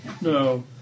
No